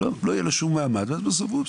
לא יהיה לו שום מעמד ואז בסוף הוא יגיד,